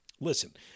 Listen